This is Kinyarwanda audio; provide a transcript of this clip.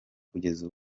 kugeza